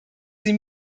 sie